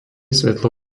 svetlo